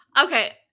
Okay